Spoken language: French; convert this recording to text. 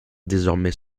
désormais